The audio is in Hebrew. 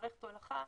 מערכת הולכה,